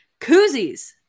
koozies